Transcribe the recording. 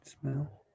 smell